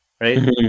right